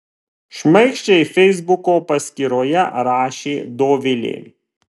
šmaikščiai feisbuko paskyroje rašė dovilė